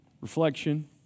reflection